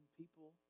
people